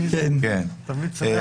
אני תמיד שמח למלא את המקום.